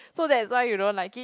so that's why you don't like it